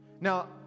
Now